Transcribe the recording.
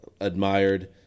admired